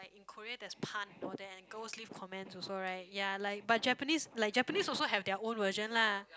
like in Korea there's pann all that and girls leave comments also right ya like but Japanese like Japanese also have their own version lah